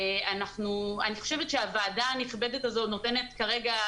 אני חושבת שהוועדה הנכבדת הזו נותנת כרגע